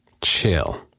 Chill